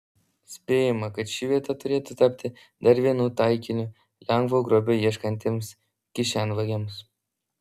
spėjama kad ši vieta turėtų tapti dar vienu taikiniu lengvo grobio ieškantiems kišenvagiams